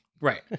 Right